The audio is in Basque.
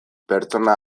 pertsona